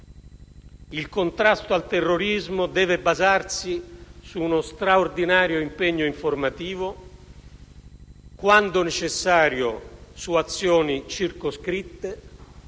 il contrasto al terrorismo deve basarsi su uno straordinario impegno informativo, quando necessario, su azioni circoscritte,